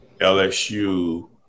LSU